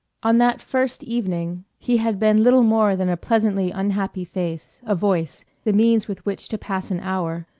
on that first evening he had been little more than a pleasantly unhappy face, a voice, the means with which to pass an hour,